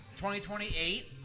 2028